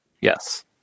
Yes